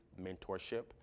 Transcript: mentorship